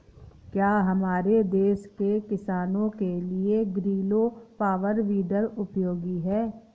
क्या हमारे देश के किसानों के लिए ग्रीलो पावर वीडर उपयोगी है?